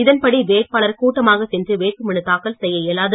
இதன்படி வேட்பாளர் கூட்டமாக சென்று வேட்புமனு தாக்கல் செய்ய இயலாது